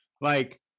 like-